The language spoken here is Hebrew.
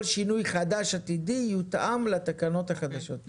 כל שינוי חדש עתידי יותאם לתקנות החדשות.